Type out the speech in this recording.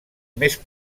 més